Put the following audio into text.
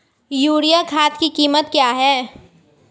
Urea खाद की कीमत क्या है?